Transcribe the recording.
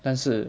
但是